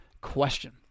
question